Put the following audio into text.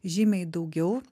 žymiai daugiau